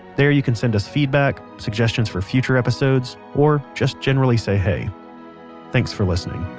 there you can send us feedback, suggestions for future episodes, or just generally say hey thanks for listening